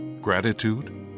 gratitude